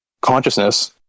consciousness